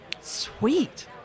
Sweet